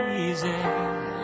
easy